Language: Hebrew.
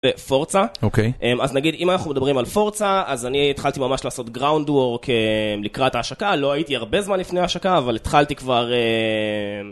פורצה אוקיי אז נגיד אם אנחנו מדברים על פורצה אז אני התחלתי ממש לעשות groundwork לקראת ההשקה לא הייתי הרבה זמן לפני ההשקה אבל התחלתי כבר.